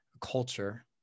culture